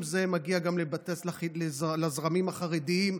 אם זה מגיע גם לזרמים החרדיים,